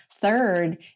third